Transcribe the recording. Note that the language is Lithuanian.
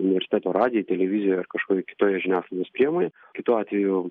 universiteto radijuj televizijoj ar kažkokioj kitoje žiniasklaidos priemonėj kitu atveju